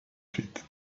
feet